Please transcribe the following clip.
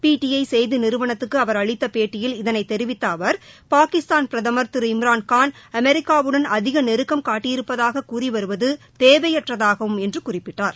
PTI செய்தி நிறுவனத்துக்கு அவர் அளித்த பேட்டியில் இதனைத் தெரிவித்த அவர் பாகிஸ்தான் பிரதம் திரு இம்ரான்கான் அமெரிக்காவுடன் அதிக நெருக்கம் காட்டியிருப்பதாக கூறி வருவது தேவையற்றதாகும் என்று குறிப்பிட்டார்